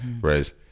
Whereas